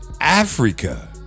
Africa